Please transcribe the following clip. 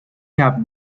have